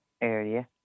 area